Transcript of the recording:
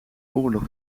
oorlog